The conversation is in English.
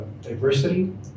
diversity